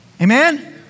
Amen